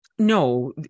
No